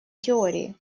теории